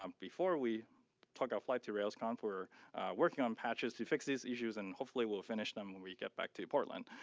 um before we took a flight to rails conf. we're working on patches to fix these issues and hopefully we'll finish them when we get back to portland.